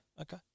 Okay